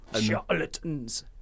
Charlatans